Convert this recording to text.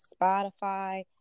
Spotify